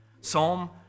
Psalm